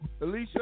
Alicia